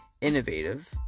innovative